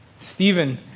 Stephen